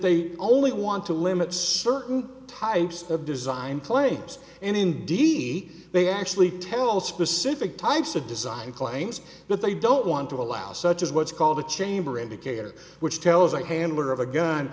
they only want to limit certain types of design claims and indeed they actually tell us specific types of design claims that they don't want to allow such as what's called a chamber indicator which tells a handler of a gun